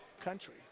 country